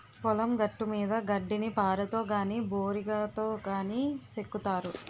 పొలం గట్టుమీద గడ్డిని పారతో గాని బోరిగాతో గాని సెక్కుతారు